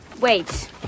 Wait